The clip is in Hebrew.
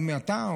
אם אתה,